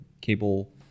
cable